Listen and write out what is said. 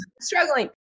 struggling